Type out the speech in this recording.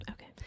Okay